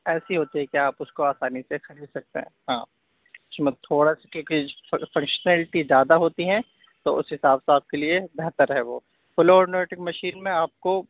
ایسی ہوتی ہے کہ آپ اس کو آسانی سے خرید سکتے ہیں ہاں قیمت تھوڑا سا کیونکہ فنشنلٹی زیادہ ہوتی ہیں تو اس حساب سے آپ کے لیے بہتر ہے وہ فل آٹومیٹک مشین میں آپ کو